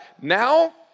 Now